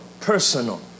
personal